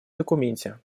документе